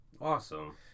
Awesome